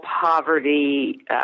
poverty